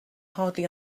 hardly